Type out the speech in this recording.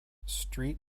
street